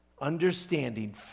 understanding